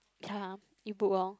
ya e-book lor